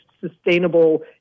sustainable